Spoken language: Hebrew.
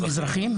הם אזרחים?